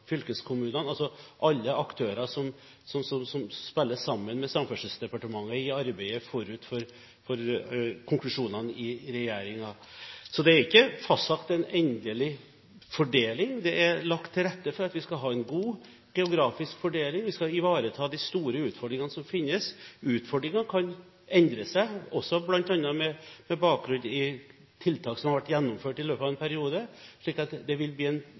fylkeskommunene – altså alle aktører som spiller sammen med Samferdselsdepartementet i arbeidet forut for konklusjonene i regjeringen. Det er ikke fastsatt en endelig fordeling. Det er lagt til rette for at vi skal ha en god geografisk fordeling, vi skal ivareta de store utfordringene som finnes. Utfordringene kan endre seg, også bl.a. med bakgrunn i tiltak som ble gjennomført i løpet av en periode. Så det vil bli en